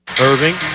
Irving